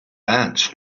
ants